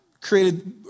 created